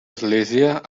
església